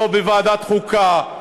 לא בוועדת החוקה,